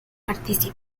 participar